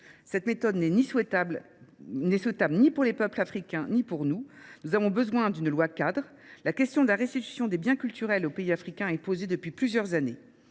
Cette méthode n'est souhaitable ni pour les peuples africains ni pour nous. Nous avons besoin d'une loi cadre. La question de la restitution des biens culturels aux pays africains est posée depuis plusieurs années.